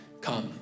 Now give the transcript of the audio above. come